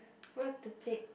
what to pick